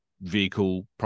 vehicle